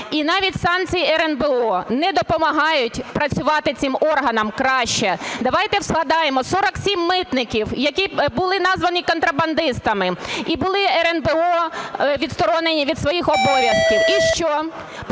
і навіть санкції РНБО не допомагають працювати цим органам краще. Давайте згадаємо 47 митників, які були названі контрабандистами і були РНБО відсторонені від своїх обов'язків. І що?